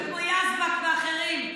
וכמו יזבק ואחרים.